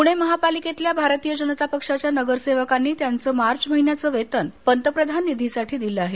प्णे महापालिकेतल्या भारतीय जनता पक्षाच्या नगरसेवकांनी त्यांचं मार्च महिन्याचं वेतन पंतप्रधान निधीसाठी दिलं आहे